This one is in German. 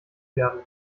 werden